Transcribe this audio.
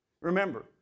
Remember